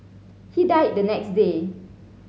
he died the next day